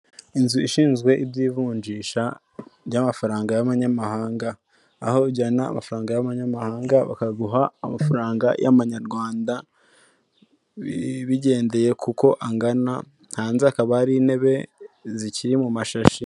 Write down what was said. Inzu ishinzwe iby'ivunjisha ry'amafaranga y'amanyamahanga, aho ujyana amafaranga y'amanyamahanga bakaguha amafaranga y'amanyarwanda bigendeye kuko angana, hanze hakaba hari intebe zikiri mu mashashi.